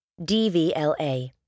DVLA